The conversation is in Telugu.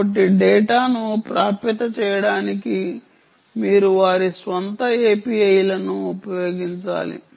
కాబట్టి డేటాను ప్రాప్యత చేయడానికి మీరు వారి స్వంత API లను ఉపయోగించాలి